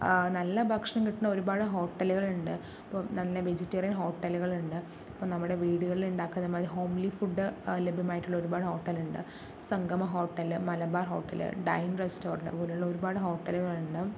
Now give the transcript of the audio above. നല്ല ഭക്ഷണം കിട്ടുന്ന ഒരുപാട് ഹോട്ടലുകളുണ്ട് ഇപ്പോൾ നല്ല വെജിറ്റേറിയൻ ഹോട്ടലുകളുണ്ട് ഇപ്പോൾ നമ്മുടെ വീടുകളിലുണ്ടാക്കുന്ന മാതിരി ഹോംലി ഫുഡ് ലഭ്യമായിട്ടുള്ള ഒരുപാട് ഹോട്ടലുകളുണ്ട് Sangama hotel Malabar hotel dine restaurant അതുപോലുള്ള ഒരുപാട് ഹോട്ടലുകളുണ്ട്